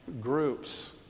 groups